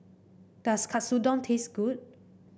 does Katsudon taste good